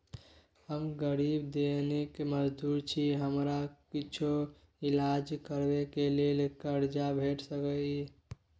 हम गरीब दैनिक मजदूर छी, हमरा कुछो ईलाज करबै के लेल कर्जा भेट सकै इ?